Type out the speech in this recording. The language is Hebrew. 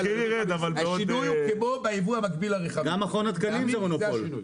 גם מכון התקנים הוא מונופול.